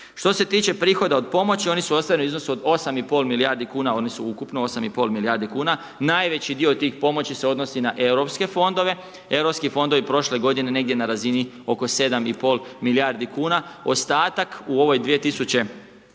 Što se tiče prihoda od pomoći, oni su ostvareni u iznosu od 8,5 milijardi kuna, oni su ukupno 8,5 milijardi kuna, najveći dio tih pomoći se odnosi na europske fondove. Europski fondovi prošle godine negdje na razini oko 7,5 milijardi kuna. Ostatak u ovoj 2017.